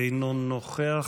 אינו נוכח,